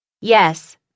Yes